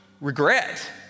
Regret